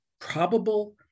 probable